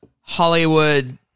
Hollywood